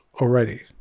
already